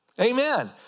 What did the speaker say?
Amen